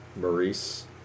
Maurice